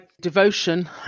devotion